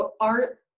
art